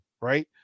Right